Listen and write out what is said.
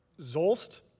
Zolst